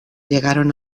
llegaron